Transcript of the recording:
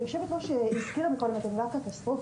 היושבת ראש הזכירה מקודם את המילה קטסטרופה,